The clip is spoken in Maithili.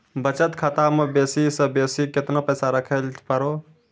बचत खाता म बेसी से बेसी केतना पैसा रखैल पारों?